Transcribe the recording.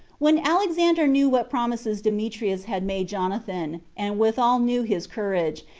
when alexander knew what promises demetrius had made jonathan, and withal knew his courage,